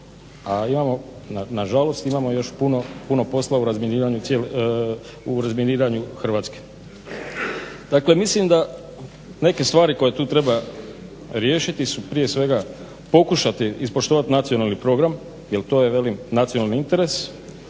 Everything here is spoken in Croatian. A imamo na žalost, imamo još puno posla u razminiranju Hrvatske. Dakle, mislim da neke stvari koje tu treba riješiti su prije svega pokušati ispoštovati nacionalni program jer to je velim nacionalni interes,